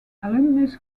alumnus